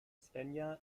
svenja